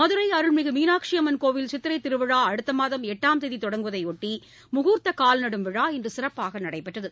மதுரை அருள்மிகு மீனாட்சியம்மன் கோவில் சித்திரைத்திருவிழா அடுத்தமாதம் எட்டாம் தேதி தொடங்குவதையொட்டி முகூர்த்த கால் நடும் விழா இன்று சிறப்பாக நடைபெற்றது